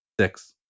Six